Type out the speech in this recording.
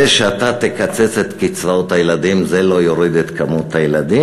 זה שאתה תקצץ את קצבאות הילדים לא יוריד את כמות הילדים.